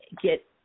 get